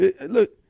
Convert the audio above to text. look